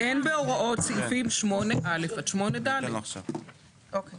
"אין בהוראות סעיפים 8א עד 8ד". שוב